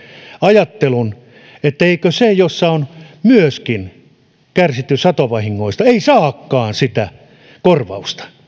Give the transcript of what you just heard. ajattelun että se joka on myöskin kärsinyt satovahingoista ei saakaan sitä korvausta